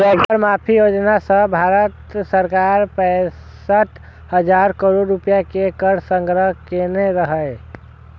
कर माफी योजना सं भारत सरकार पैंसठ हजार करोड़ रुपैया के कर संग्रह केने रहै